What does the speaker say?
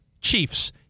Chiefs